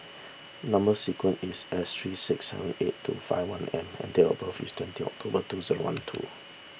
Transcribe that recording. Number Sequence is S three six seven eight two five one M and date of birth is twenty October two zero one two